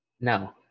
No